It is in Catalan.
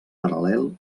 paral·lel